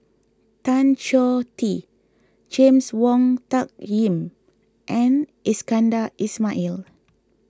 Tan Choh Tee James Wong Tuck Yim and Iskandar Ismail